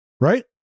right